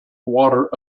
water